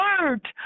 word